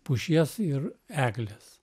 pušies ir eglės